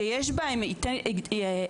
שיש בהן את הנכונות,